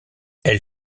elle